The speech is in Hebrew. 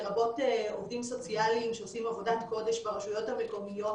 לרבות עובדים סוציאליים שעושים עבודת קודש ברשויות המקומיות